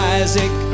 isaac